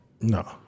No